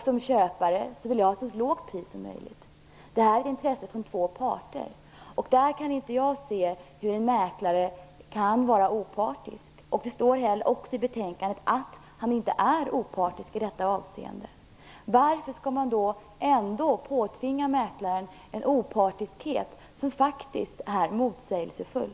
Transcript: Som köpare vill jag ha ett så lågt pris som möjligt. Det är intressen från två parter. Där kan jag inte se hur en mäklare kan vara opartisk. Det står också i betänkandet att han inte är opartisk i detta avseende. Varför skall man då påtvinga mäklaren en opartiskhet som faktiskt är motsägelsefull?